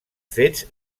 fets